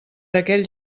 aquell